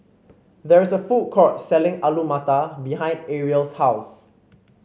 there is a food court selling Alu Matar behind Arielle's house